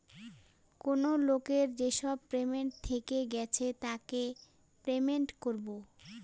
কেনো লোকের যেসব পেমেন্ট থেকে গেছে তাকে পেমেন্ট করবো